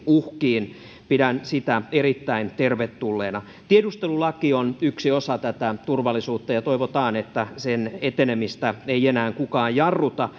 uhkiin pidän sitä erittäin tervetulleena tiedustelulaki on yksi osa tätä turvallisuutta ja toivotaan että sen etenemistä ei enää kukaan jarruta